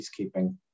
peacekeeping